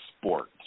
sport